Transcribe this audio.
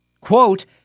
Quote